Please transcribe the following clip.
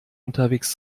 unterwegs